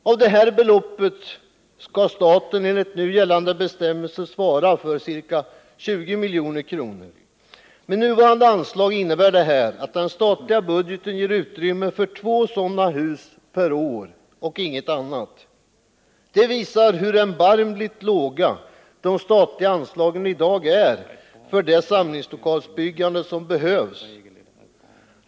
Av detta belopp skall staten enligt nu gällande bestämmelser svara för ca 20 milj.kr. Med nuvarande anslag innebär det att den statliga budgeten ger utrymme för två sådana hus per år och inget annat. Det visar hur erbarmligt låga de statliga anslagen i dag är för det samlingslokalsbyggande som behövs.